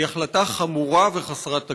היא החלטה חמורה וחסרת תקדים.